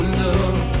love